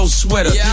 sweater